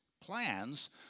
plans